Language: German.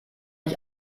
ich